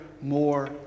more